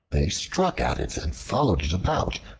they struck at it and followed it about,